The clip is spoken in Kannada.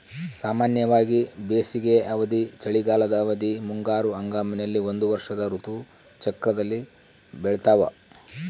ಸಾಮಾನ್ಯವಾಗಿ ಬೇಸಿಗೆ ಅವಧಿ, ಚಳಿಗಾಲದ ಅವಧಿ, ಮುಂಗಾರು ಹಂಗಾಮಿನಲ್ಲಿ ಒಂದು ವರ್ಷದ ಋತು ಚಕ್ರದಲ್ಲಿ ಬೆಳ್ತಾವ